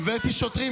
חברת הכנסת בן ארי,